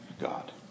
God